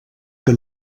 que